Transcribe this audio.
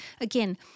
Again